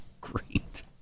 Great